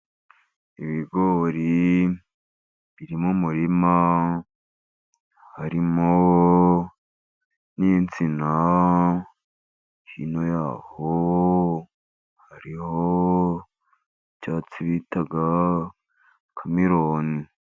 Ibigori biri mu murima harimo n'insina, hino yaho hariho icyatsi bita Kameroni.